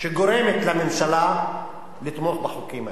שגורמת לממשלה לתמוך בחוקים האלה.